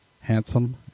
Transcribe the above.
handsome